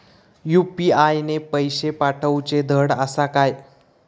UPI ने पैशे पाठवूचे धड आसा काय?